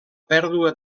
pèrdua